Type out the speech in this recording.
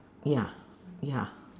ya ya